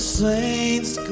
saints